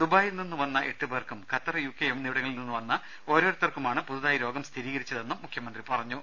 ദുബായിൽ നിന്ന് വന്ന എട്ട് പേർക്കും ഖത്തർ യു കെ എന്നിവിടങ്ങളിൽ നിന്നു വന്ന ഓരോരുത്തർക്കുമാണ് പുതുതായി രോഗം സ്ഥിരീകരിച്ചതെന്ന് മുഖ്യമന്ത്രി പറഞ്ഞു